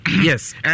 Yes